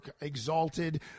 exalted